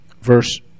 verse